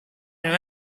and